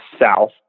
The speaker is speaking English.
south